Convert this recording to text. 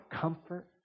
comfort